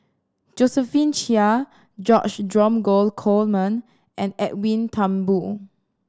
Josephine Chia George Dromgold Coleman and Edwin Thumboo